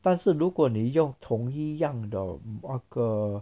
但是如果你用同一样的那个